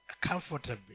comfortably